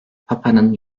papanın